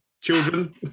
children